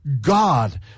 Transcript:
God